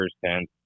firsthand